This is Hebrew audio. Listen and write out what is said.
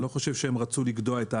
אני לא חושב שהם רצו לגדוע את הענף.